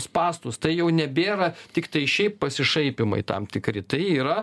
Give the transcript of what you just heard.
spąstus tai jau nebėra tiktai šiaip pasišaipymai tam tikri tai yra